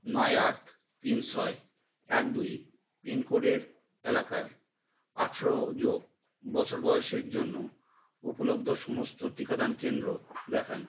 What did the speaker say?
নয় আট তিন ছয় এক দুই পিনকোডের এলাকায় আঠেরো যোগ বছর বয়সের জন্য উপলব্ধ সমস্ত টিকাদান কেন্দ্র দেখান